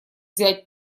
взять